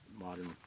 modern